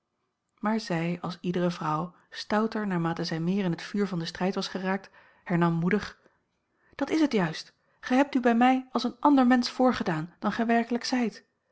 maar zij als iedere vrouw stouter naarmate zij meer in het vuur van den strijd was geraakt hernam moedig dat is het juist gij hebt u bij mij als een ander mensch voorgedaan dan gij werkelijk zijt